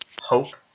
hope